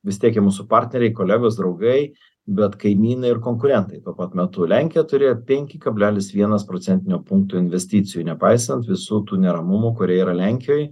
vis tiek ir mūsų partneriai kolegos draugai bet kaimynai ir konkurentai tuo pat metu lenkija turėjo penki kablelis vienas procentinio punkto investicijų nepaisant visų tų neramumų kurie yra lenkijoj